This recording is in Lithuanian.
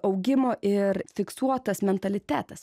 augimo ir fiksuotas mentalitetas